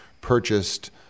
purchased